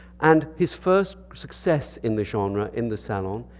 and his first success in the genre in the salon.